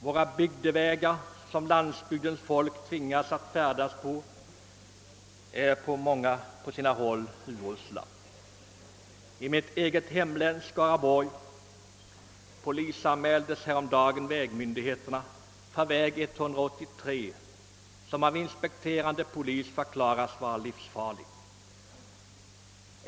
Våra bygdevägar, som landsbygdens folk tvingas trafikera, är på sina håll urusla. I mitt eget hemlän, Skaraborgs, polisanmäldes häromdagen vägmyndigheterna för väg 183, som av inspekterande polis förklarats vara livsfarlig.